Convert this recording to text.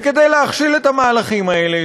וכדי להכשיל את המהלכים האלה,